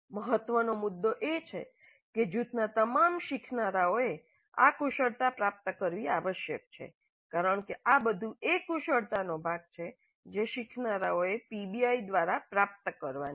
મહત્વનો મુદ્દો એ છે કે જૂથના તમામ શીખનારાઓએ આ કુશળતા પ્રાપ્ત કરવી આવશ્યક છે કારણ કે આ બધુ એ કુશળતાનો ભાગ છે જે શીખનારાઓએ પીબીઆઈ દ્વારા પ્રાપ્ત કરવાની છે